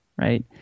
right